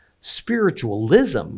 spiritualism